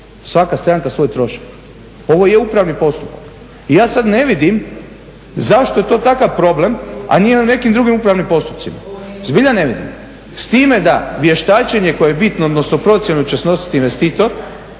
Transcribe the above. svaka stranka svoj trošak. Ovo je upravni postupak i ja sad ne vidim zašto je to takav problem, a nije u nekim drugim upravnim postupcima. Zbilja ne vidim. S time da vještačenje koje je bitno, odnosno procjenu će snositi investitor,